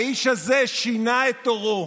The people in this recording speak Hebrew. האיש הזה שינה את עורו.